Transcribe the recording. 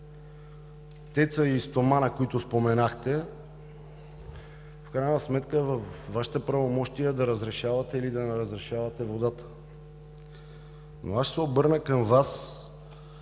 ТЕЦ-а и „Стомана“, които споменахте. В крайна сметка във Вашите правомощия е да разрешавате или да не разрешавате водата. Но аз ще се обърна към Вас